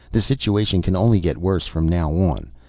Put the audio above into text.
the situation can only get worse from now on.